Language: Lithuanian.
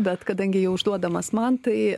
bet kadangi jau užduodamas man tai